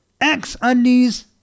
X-Undies